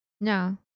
No